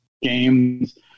games